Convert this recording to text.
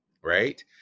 right